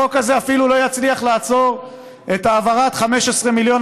החוק הזה אפילו לא יצליח לעצור את העברת 15 מיליון